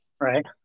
Right